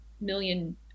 million